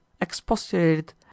expostulated